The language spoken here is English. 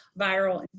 viral